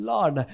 Lord